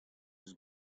eus